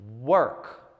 work